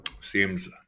Seems